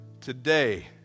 Today